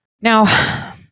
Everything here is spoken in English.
Now